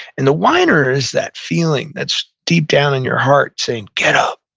and the whiner is that feeling that's deep down in your heart, saying, get up.